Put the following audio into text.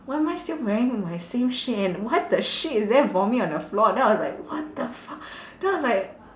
why am I still wearing my same shit and what the shit is there vomit on the floor then I was like what the fuck then I was like